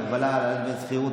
הגבלה על העלאת דמי השכירות),